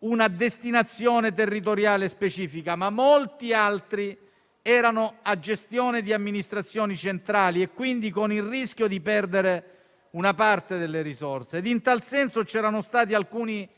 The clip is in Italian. una destinazione territoriale specifica, ma molti altri erano a gestione di amministrazioni centrali, quindi con il rischio di perdere una parte delle risorse. In tal senso c'erano stati alcuni